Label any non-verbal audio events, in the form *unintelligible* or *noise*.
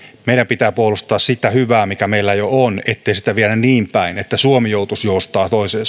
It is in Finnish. meidän pitää puolustaa sitä hyvää mikä meillä jo on ettei sitä viedä niin päin että suomi joutuisi joustamaan toiseen *unintelligible*